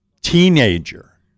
teenager